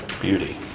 beauty